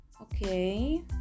okay